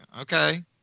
Okay